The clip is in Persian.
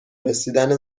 رسیدن